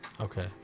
Okay